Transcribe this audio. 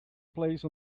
place